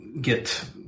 get